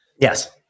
Yes